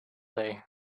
day